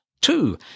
Two